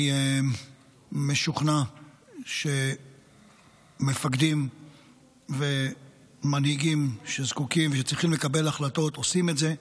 אני משוכנע שמפקדים ומנהיגים שזקוקים וצריכים לקבל החלטות עושים את זה.